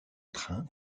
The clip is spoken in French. train